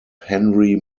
henry